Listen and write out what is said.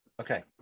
okay